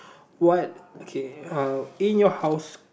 what okay uh in your house